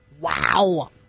Wow